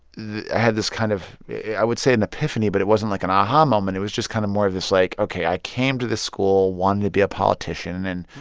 had this kind of i would say an epiphany. but it wasn't like an aha moment. it was just kind of more of this like ok. i came to this school wanting to be a politician and. and